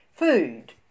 Food